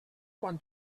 quan